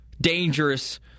dangerous